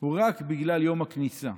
הוא רק בגלל יום הכניסה,